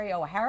O'HARA